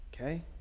okay